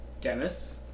Dennis